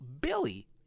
Billy